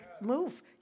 move